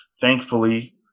thankfully